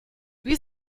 wie